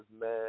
man